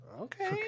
okay